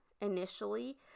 initially